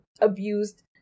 abused